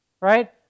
right